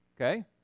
Okay